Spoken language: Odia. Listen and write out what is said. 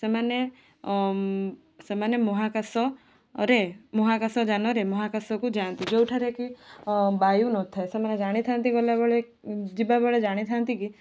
ସେମାନେ ସେମାନେ ମହାକାଶରେ ମହାକାଶଯାନରେ ମହାକାଶକୁ ଯାଆନ୍ତି ଯୋଉଠାରେ କି ବାୟୁ ନଥାଏ ସେମାନେ ଜାଣିଥାନ୍ତି ଗଲାବେଳେ ଯିବାବେଳେ ଜାଣିଥାନ୍ତି କି